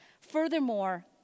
Furthermore